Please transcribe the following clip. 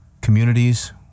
communities